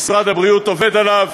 משרד הבריאות עובד עליו